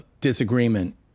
disagreement